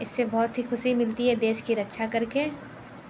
इस से बहुत ही खुशि मिलती है देश की रक्षा कर के